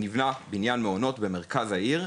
נבנה בניין מעונות סטודנטים במרכז העיר,